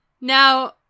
now